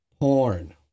porn